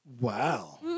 Wow